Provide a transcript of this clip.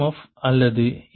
F அல்லது ஈ